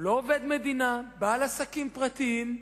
הוא לא עובד מדינה, בעל עסקים פרטיים,